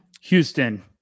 Houston